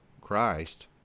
Christ